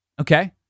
okay